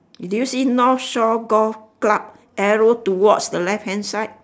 do you see north shore golf club arrow towards the left hand side